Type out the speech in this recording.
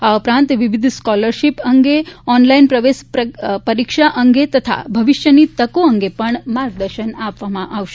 આ ઉપરાંત વિવિધ સ્કોલરશીપ અંગે ઓનલાઇન પ્રવેશ પરીક્ષા અંગે તથા ભવિષ્યની તકો અંગે પણ માર્ગદર્શન અપાશે